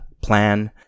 plan